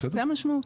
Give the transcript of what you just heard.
זו המשמעות.